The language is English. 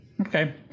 Okay